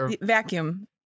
Vacuum